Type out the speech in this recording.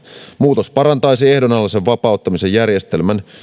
muutos parantaisi ehdonalaisen vapauttamisen järjestelmän